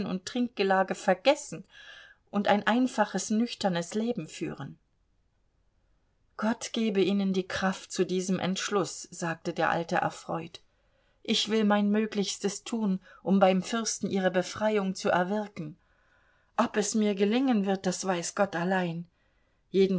und trinkgelage vergessen und ein einfaches nüchternes leben führen gott gebe ihnen die kraft zu diesem entschluß sagte der alte erfreut ich will mein möglichstes tun um beim fürsten ihre befreiung zu erwirken ob es mir gelingen wird weiß gott allein